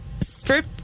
strip